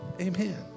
amen